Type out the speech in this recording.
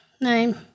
name